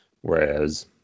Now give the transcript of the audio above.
Whereas